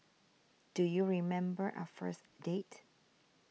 do you remember our first date